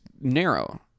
narrow